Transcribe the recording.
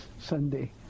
sunday